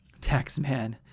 Taxman